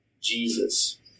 Jesus